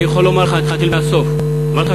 אני יכול לומר לך, אני אתחיל מהסוף.